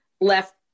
left